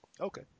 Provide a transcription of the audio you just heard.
okay